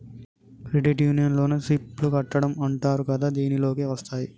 credit union లోన SIP లు కట్టడం అంటరు కదా దీనిలోకే వస్తాయ్